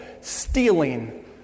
Stealing